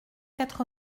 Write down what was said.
quatre